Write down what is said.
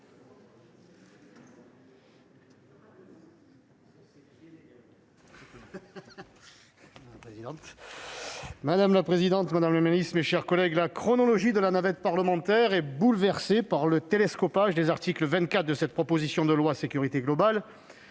Madame la présidente, madame la ministre, mes chers collègues, la chronologie de la navette parlementaire est bouleversée par le télescopage des articles 24 de cette proposition de loi pour une sécurité globale